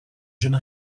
jeune